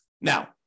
Now